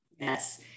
Yes